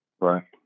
Right